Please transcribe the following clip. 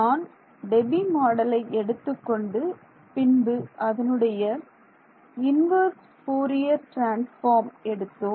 நான் டெபி மாடலை எடுத்துக்கொண்டு பின்பு அதனுடைய இன்வெர்ஸ் ஃபோரியர் ட்ரான்ஸ்பார்ம் எடுத்தோம்